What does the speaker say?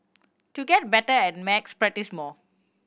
to get better at maths practise more